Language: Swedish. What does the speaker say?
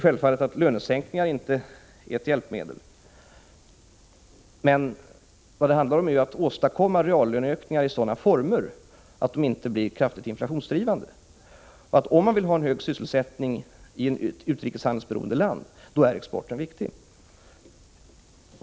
Självfallet är inte lönesänkningar något hjälpmedel. Vad det handlar om är att åstadkomma reallöneökningar i sådana former att de inte blir kraftigt inflationsdrivande. Om man vill ha en hög sysselsättning i ett utrikeshandelsberoende land, då är exporten viktig.